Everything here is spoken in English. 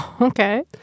Okay